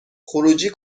خروجی